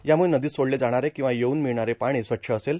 यामुळं नदीत सोडले जाणारे किंवा येऊन मिळणारे पाणी स्वच्छ असेल